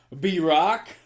B-Rock